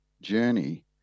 journey